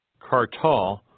Kartal